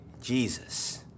Jesus